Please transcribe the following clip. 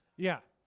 yeah,